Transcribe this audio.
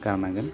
गारनांगोन